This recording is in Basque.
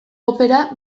opera